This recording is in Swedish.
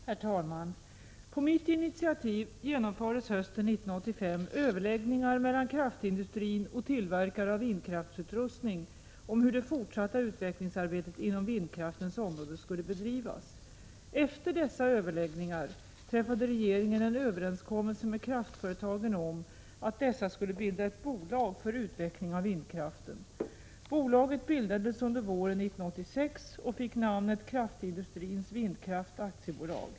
Herr talman! På mitt initiativ genomfördes hösten 1985 överläggningar mellan kraftindustrin och tillverkare av vindkraftsutrustning om hur det fortsatta utvecklingsarbetet inom vindkraftens område skulle bedrivas. Efter dessa överläggningar träffade regeringen en överenskommelse med kraftföretagen om att dessa skulle bilda ett bolag för utveckling av vindkraften. Bolaget bildades under våren 1986 och fick namnet Kraftindustrins Vindkraft AB.